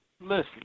listen